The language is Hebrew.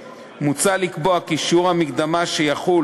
ומוצע בהם לקבוע כי שיעור המקדמה שיחול